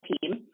team